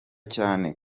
cyane